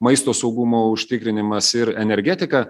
maisto saugumo užtikrinimas ir energetika